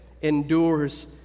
endures